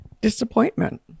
disappointment